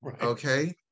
Okay